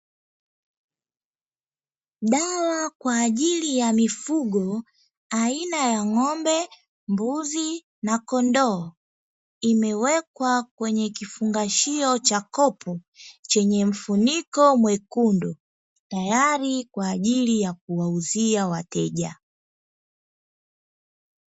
Dawa kwa ajili ya mifugo aina ya ng'ombe, mbuzi na kondoo, imewekwa kwenye kifungashio cha kopo, chenye mfuniko mwekundu, tayari kwa ajili ya kuwauzia Wateja.